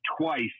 twice